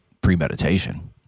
premeditation